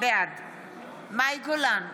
בעד מאי גולן,